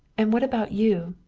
and what about you?